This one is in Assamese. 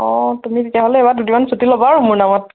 অঁ তুমি তেতিয়া'হলে এইবাৰ দুইদিনমান চুটি ল'বা আৰু মোৰ নামত